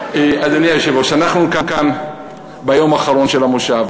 אנחנו כאן ביום האחרון של המושב,